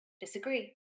disagree